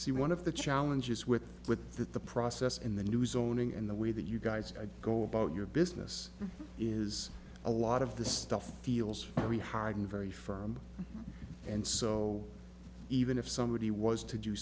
see one of the challenges with that the process in the new zoning and the way that you guys go about your business is a lot of the stuff feels very hard and very firm and so even if somebody was to do